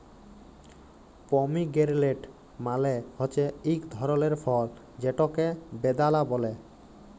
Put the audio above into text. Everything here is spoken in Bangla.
পমিগেরলেট্ মালে হছে ইক ধরলের ফল যেটকে বেদালা ব্যলে